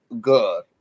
good